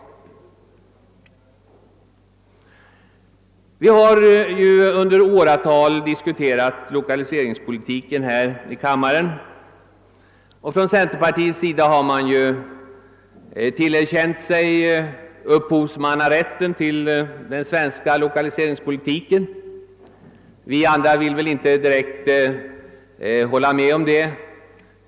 Lokaliseringspolitiken har under åratal diskuterats här i kammaren. Centerpartiet har tillerkänt sig upphovsmannarätten till denna politik, men vi andra vill inte hålla med om det.